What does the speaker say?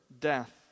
death